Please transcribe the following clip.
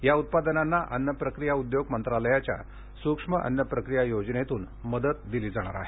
या उत्पादनांना अन्न प्रक्रिया उद्योग मंत्रालयाच्या सुक्ष्म अन्न प्रक्रिया योजनेतून मदत दिली जाणार आहे